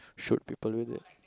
shoot people with it